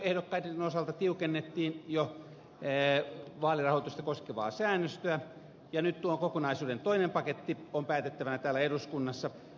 henkilöehdokkaiden osalta tiukennettiin jo vaalirahoitusta koskevaa säännöstöä ja nyt tuon kokonaisuuden toinen paketti on päätettävänä täällä eduskunnassa